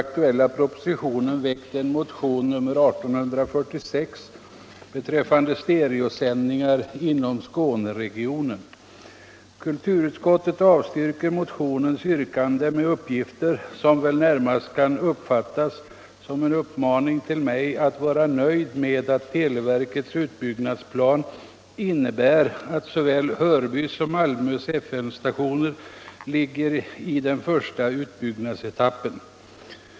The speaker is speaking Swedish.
Kulturutskottet avstyrker motionens yrkande med uppgifter som väl närmast kan uppfattas som en uppmaning till mig att vara nöjd med att televerkets utbyggnadsplan innebär att såväl Hörbys som Malmös FM-stationer ligger i den första utbyggnadsetappen.